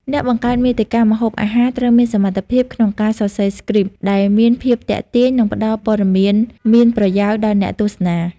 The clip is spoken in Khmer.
អ្នកបង្កើតមាតិកាម្ហូបអាហារត្រូវមានសមត្ថភាពក្នុងការសរសេរស្គ្រីប ដែលមានភាពទាក់ទាញ និងផ្តល់ព័ត៌មានមានប្រយោជន៍ដល់អ្នកទស្សនា។